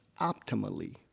optimally